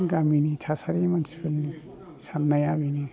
गामिनि थासारिनि मानसिफोरनि साननाय बेनो